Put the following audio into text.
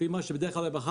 לפי מה שקורה בדרך כלל בחג,